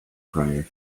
prior